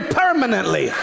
permanently